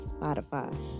Spotify